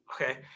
Okay